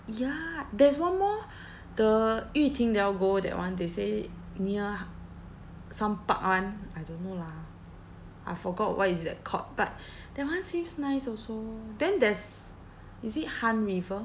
ya there's one more the yu ting they all go that one they say near some park [one] I don't know lah I forgot what is that called but that one seems nice also then there's is it han river